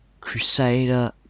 Crusader